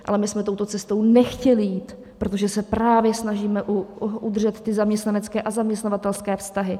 Ale my jsme touto cestou nechtěli jít, protože se právě snažíme udržet ty zaměstnanecké a zaměstnavatelské vztahy.